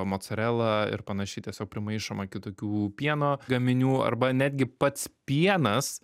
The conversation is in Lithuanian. mocarela ir panašiai tiesiog primaišoma kitokių pieno gaminių arba netgi pats pienas